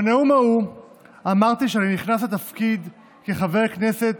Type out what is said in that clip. בנאום ההוא אמרתי שאני נכנס לתפקיד כחבר הכנסת